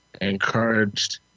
encouraged